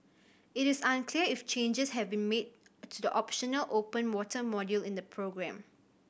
it is unclear if changes have been made to the optional open water module in the programme